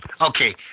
Okay